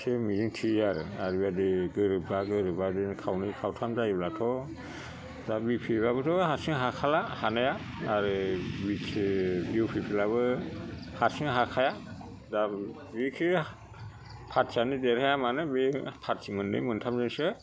एसे मिजिं थियो आरो आरो बेबायदि गोरोबा गोरोबा बिदिनो खावनै खावथाम जायोब्लाथ' दा बि पि एफ आबोथ' हारसिं हाखाला हानाया आरो बिथि इउ पि पि एल आबो हारसिं हाखाया दा जेखि फारथियानो देरहाया मानो बे फार्थि मोननै मोनथामजोंसो